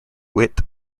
wit